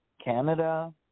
Canada